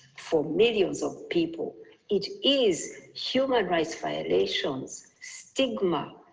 for millions of people it is human rights violations, stigma,